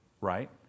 Right